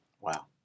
Wow